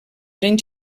eren